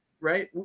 right